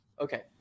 Okay